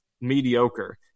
mediocre